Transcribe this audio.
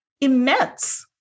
immense